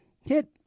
hit